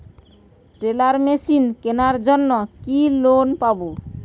Teller machine কেনার জন্য কি লোন পাব?